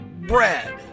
bread